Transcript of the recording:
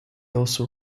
also